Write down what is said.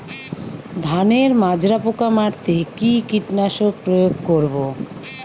ধানের মাজরা পোকা মারতে কি কীটনাশক প্রয়োগ করব?